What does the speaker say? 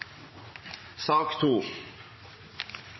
sak